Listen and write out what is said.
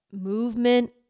movement